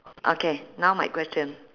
okay now my question